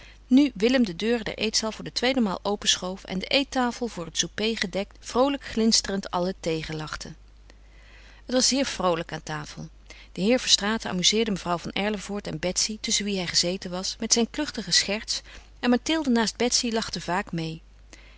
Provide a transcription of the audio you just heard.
nu willem de deuren der eetzaal voor de tweede maal openschoof en de eettafel voor het souper gedekt vroolijk glinsterend allen tegenlachte het was zeer vroolijk aan tafel de heer verstraeten amuzeerde mevrouw van erlevoort en betsy tusschen wie hij gezeten was met zijn kluchtige scherts en mathilde naast betsy lachte vaak meê